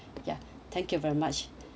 ya thank you very much